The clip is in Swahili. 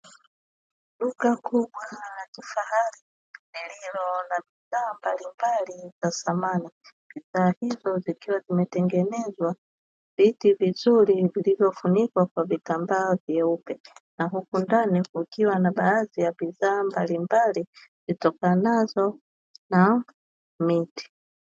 Duka kubwa la kifahari lililo na bidhaa mbalimbali za samani, bidhaa hizo zikiwa zimetengenezwa viti vizuri vilivyofunikwa kwa vitambaa vyeupe, na huku ndani kukiwa na bidhaa mbalimbali zitokanazo na miti.